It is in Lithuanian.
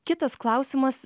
kitas klausimas